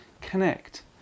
connect